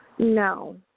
No